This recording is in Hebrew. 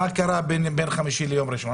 מה קרה בין חמישי ליום ראשון?